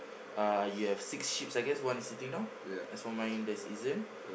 uh you have six sheeps I guess one is sitting down as for mine there's isn't